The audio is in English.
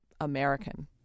American